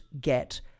get